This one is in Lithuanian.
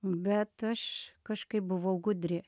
bet aš kažkaip buvau gudri